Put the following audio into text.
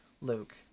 Luke